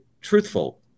truthful